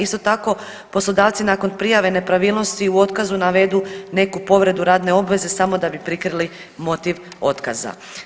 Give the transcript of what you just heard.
Isto tako, poslodavci nakon prijave nepravilnosti u otkazu navedu neku povredu radne obveze samo da bi prikrili motiv otkaza.